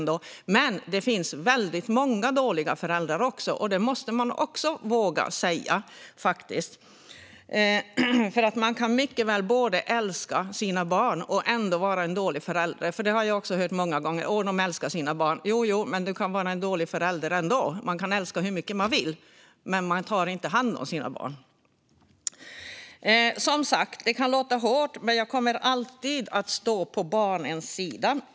Det finns dock väldigt många dåliga föräldrar, och det måste man också våga säga. Man kan mycket väl älska sina barn och ändå vara en dålig förälder. Många har jag hört att föräldrarna älskar sina barn, men de kan ändå vara dåliga föräldrar. Man kan älska hur mycket man vill, men man kanske inte tar hand om sina barn. Det kan som sagt låta hårt, men jag kommer alltid att stå på barnens sida.